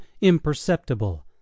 imperceptible